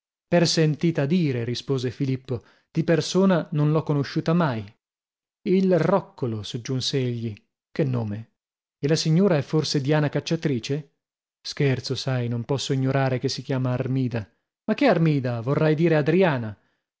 per sentita dire rispose filippo di persona non l'ho conosciuta mai il roccolo soggiunse egli che nome e la signora è forse diana cacciatrice scherzo sai non posso ignorare che si chiama armida ma che armida vorrai dire adriana